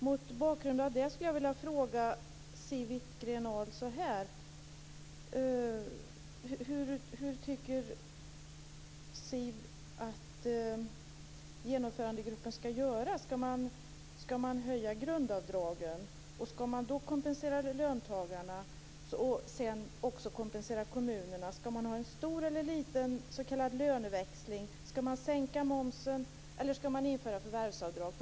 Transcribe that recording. Wittgren-Ahl hur hon tycker att genomförandegruppen skall göra. Skall man höja grundavdragen och i så fall kompensera löntagarna och sedan också kompensera kommunerna? Skall det vara en stor eller liten s.k. löneväxling? Skall man sänka momsen eller skall man införa förvärvsavdrag?